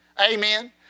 Amen